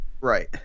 Right